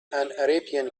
arabian